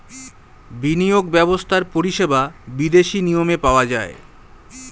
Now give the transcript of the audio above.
বিনিয়োগ ব্যবস্থার পরিষেবা বিদেশি নিয়মে পাওয়া যায়